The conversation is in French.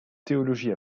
théologie